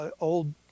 old